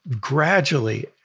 gradually